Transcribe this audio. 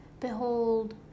Behold